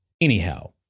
Anyhow